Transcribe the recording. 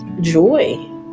Joy